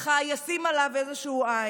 ישים עליו איזושהי עין.